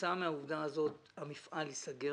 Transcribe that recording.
שכתוצאה מהעובדה הזאת המפעל ייסגר